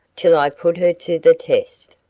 till i put her to the test.